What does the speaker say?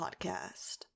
podcast